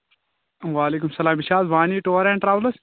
وعلیکُم السلام یہِ چھِ حظ وانی ٹور اینٛڈ ٹرولٕز